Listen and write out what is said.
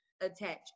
attach